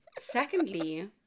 Secondly